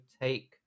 take